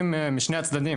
סובלים משני הצדדים.